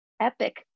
epic